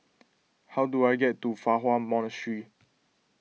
how do I get to Fa Hua Monastery